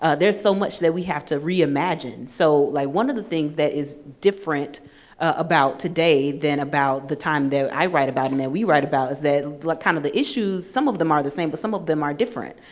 ah there's so much that we have to reimagine. so, like one of the things that is different about today than about the time that i write about, and that we write about, is that, like kind of the issues, some of them are the same, but some of them are different.